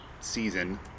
season